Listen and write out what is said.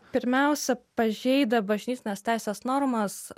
pirmiausia pažeidę bažnytinės teisės normas